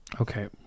Okay